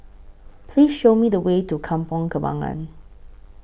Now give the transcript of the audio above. Please Show Me The Way to Kampong Kembangan